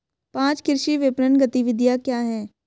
पाँच कृषि विपणन गतिविधियाँ क्या हैं?